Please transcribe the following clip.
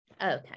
okay